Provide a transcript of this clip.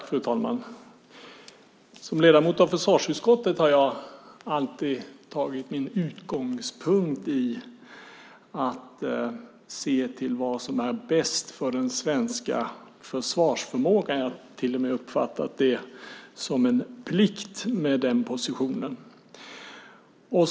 Fru talman! Som ledamot av försvarsutskottet har jag alltid tagit min utgångspunkt i att se till vad som är bäst för den svenska försvarsförmågan. Jag har till och med uppfattat det som en plikt med den positionen.